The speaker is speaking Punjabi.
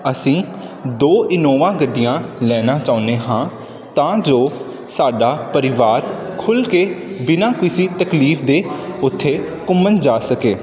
ਅਸੀਂ ਦੋ ਇਨੋਵਾ ਗੱਡੀਆਂ ਲੈਣਾ ਚਾਹੁੰਨੇ ਹਾਂ ਤਾਂ ਜੋ ਸਾਡਾ ਪਰਿਵਾਰ ਖੁੱਲ੍ਹ ਕੇ ਬਿਨਾਂ ਕਿਸੀ ਤਕਲੀਫ ਦੇ ਉੱਥੇ ਘੁੰਮਣ ਜਾ ਸਕੇ